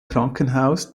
krankenhaus